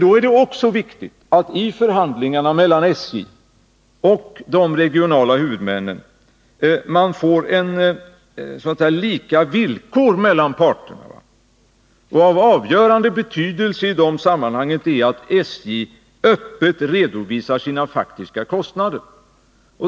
Men det är viktigt att man i förhandlingarna mellan SJ och de regionala huvudmännen får lika villkor mellan parterna. Av avgörande betydelse i de sammanhangen är då att SJ öppet redovisar sina faktiska kostnader.